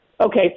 Okay